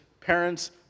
parents